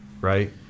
Right